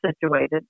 situated